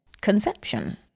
conception